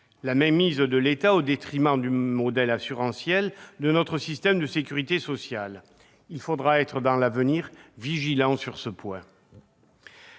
la mainmise de l'État au détriment du modèle assurantiel de notre système de sécurité sociale. Il faudra être vigilant sur ce point